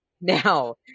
now